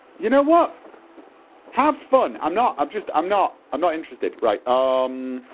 you know what have fun i'm not, i'm just, i'm not i'm not interested right, umm